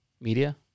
Media